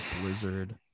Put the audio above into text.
blizzard